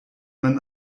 man